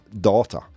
daughter